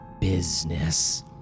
business